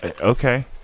okay